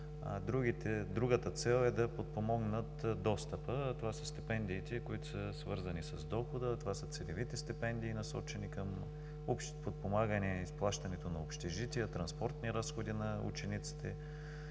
Другата цел е да подпомогнат достъпа. Това са стипендиите, свързани с дохода. Това са целевите стипендии, насочени към подпомагане изплащането на общежитие, транспортни разходи на учениците